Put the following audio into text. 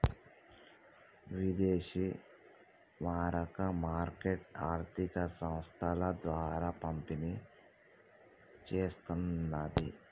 విదేశీ మారక మార్కెట్ ఆర్థిక సంస్థల ద్వారా పనిచేస్తన్నది